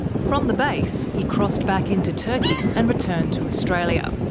from the base, he crossed back into turkey, and returned to australia.